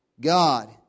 God